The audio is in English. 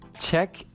Check